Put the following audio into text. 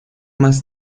más